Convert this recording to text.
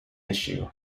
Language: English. issue